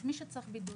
אז מי שצריך בידוד,